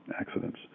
accidents